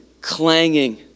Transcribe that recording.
clanging